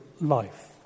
life